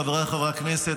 חבריי חברי הכנסת,